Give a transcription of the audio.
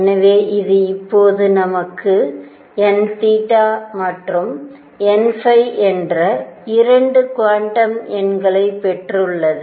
எனவே இது இப்போது நமக்கு n மற்றும் n என்ற 2 குவாண்டம் எண்களைப் பெற்றுள்ளது